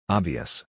Obvious